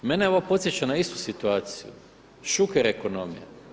Mene ovo podsjeća na istu situaciju Šuker ekonomija.